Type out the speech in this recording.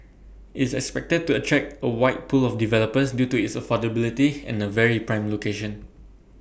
IT is expected to attract A wide pool of developers due to its affordability and A very prime location